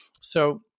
So-